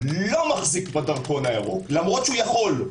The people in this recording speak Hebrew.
לא מחזיק בדרכון הירוק למרות שהוא יכול,